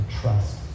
trust